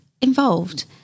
involved